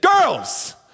girls